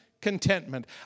contentment